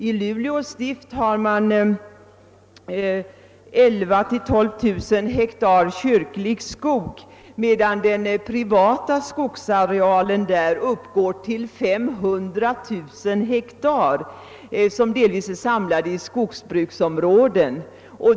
I Luleå stift har man 11 000—12 000 hektar kyrklig skog, medan den privata skogsarealen där uppgår till 500 000 hektar, som delvis är samlade i skogsbruksområden.